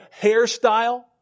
hairstyle